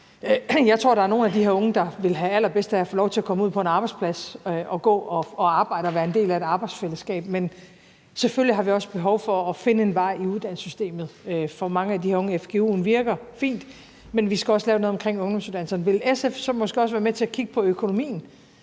klart, at der er nogle af de her unge, der ville have allerbedst af at få lov til at komme ud på en arbejdsplads og gå og arbejde og være en del af et arbejdsfællesskab, men selvfølgelig har vi også behov for at finde en vej i uddannelsessystemet for mange af de her unge. Fgu'en virker fint, men vi skal også gøre noget i forhold til ungdomsuddannelserne. Vil SF så måske også være med til at kigge på økonomien